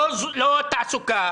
לא תעסוקה,